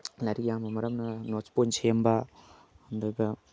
ꯂꯥꯏꯔꯤꯛ ꯌꯥꯝꯕ ꯃꯔꯝꯅ ꯅꯣꯠꯁ ꯄꯣꯏꯟꯠ ꯁꯦꯝꯕ ꯑꯗꯨꯒ